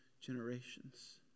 generations